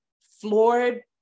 floored